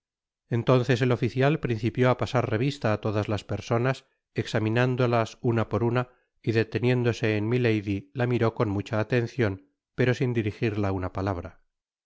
entonces el oficial principió á pasar revista á todas las personas examinándolas una por una y deteniéndose en milady la miró con mucha atencion pero sin dirigirla una palabra